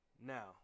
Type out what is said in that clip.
Now